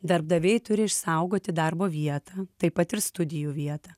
darbdaviai turi išsaugoti darbo vietą taip pat ir studijų vietą